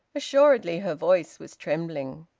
assuredly her voice was trembling.